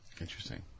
Interesting